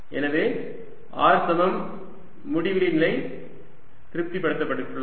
எனவே r சமம் முடிவிலி நிலை திருப்தி படுத்தப்பட்டுள்ளது